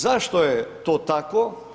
Zašto je to tako?